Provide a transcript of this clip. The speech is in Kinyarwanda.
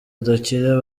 zidakira